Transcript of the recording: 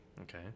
Okay